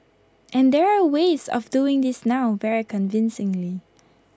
and there are ways of doing this now very convincingly